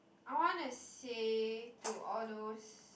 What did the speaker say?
I want to say to all those